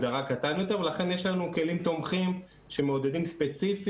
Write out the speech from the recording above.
קיום או אי קיום כיתות חינוך מיוחד ויום לימודים ארוך עדיין לחינוך